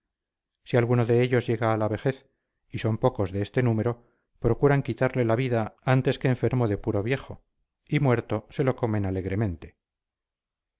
si alguno de ellos llega a la vejez y son pocos de este número procuran quitarle la vida antes que enfermo de puro viejo y muerto se lo comen alegremente